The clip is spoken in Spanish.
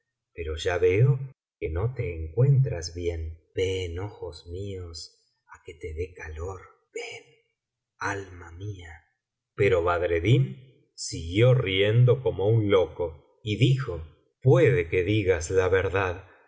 pero ya veo que no te encuentras bien ven ojos míos á que te dé calor ven alma mía pero badreddin siguió riendo como un loco y dijo puede que digas la verdad